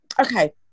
okay